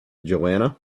joanna